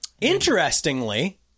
Interestingly